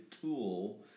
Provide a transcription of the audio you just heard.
tool